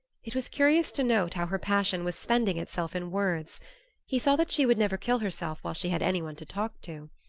it was curious to note how her passion was spending itself in words he saw that she would never kill herself while she had any one to talk to.